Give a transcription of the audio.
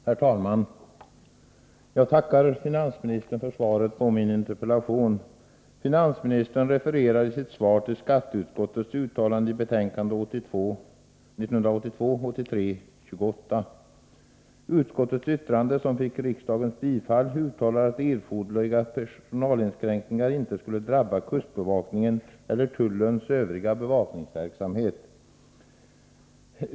Herr talman! Jag tackar finansministern för svaret på min interpellation. Finansministern refererar i sitt svar till skatteutskottets uttalande i betänkande 1982/83:28. Enligt utskottets yttrande, som fick riksdagens bifall, skulle erforderliga personalinskränkningar inte drabba kustbevakningen eller tullens övriga bevakningsverksamhet.